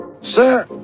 Sir